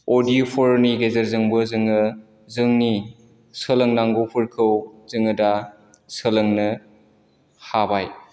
अडिय'फोरनि गेजेरजोंबो जोङो जोंनि सोलोंनांगौफोरखौ जोङो दा सोलोंनो हाबाय